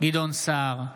גדעון סער,